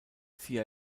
sie